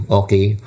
okay